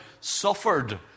suffered